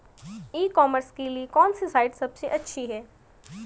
ई commerce के लिए कौनसी साइट सबसे अच्छी है?